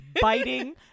biting